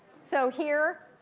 so here,